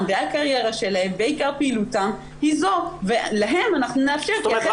והקריירה שלהם ועיקר פעילותם היא זו ולהם אנחנו נאפשר כי אחרת